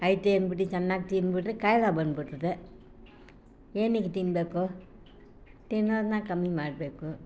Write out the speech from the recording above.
ಐತೆ ಅಂದ್ಬಿಟ್ಟು ಚೆನ್ನಾಗಿ ತಿಂದ್ಬಿಟ್ರೆ ಕಾಯಿಲೆ ಬಂದ್ಬಿಡ್ತದೆ ಏನು ತಿನ್ನಬೇಕು ತಿನ್ನೋದನ್ನ ಕಮ್ಮಿ ಮಾಡಬೇಕು